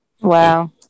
Wow